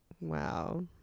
Wow